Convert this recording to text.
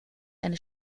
eine